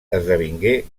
esdevingué